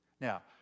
Now